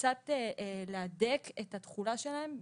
קצת להדק את התחולה שלהן,